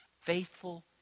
faithful